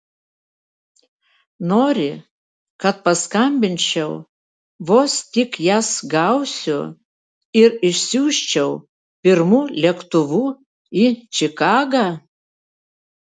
nori kad paskambinčiau vos tik jas gausiu ir išsiųsčiau pirmu lėktuvu į čikagą